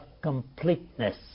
completeness